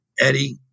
Eddie